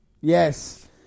Yes